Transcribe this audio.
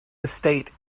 estate